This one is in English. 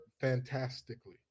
fantastically